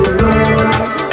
love